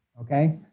okay